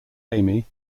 amy